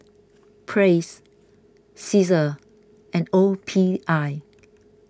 Praise Cesar and O P I